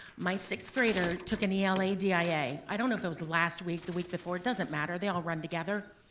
my sixth grader took an e l a d i a. i don't know if it was the last week, the week before, it doesn't matter. they all run together,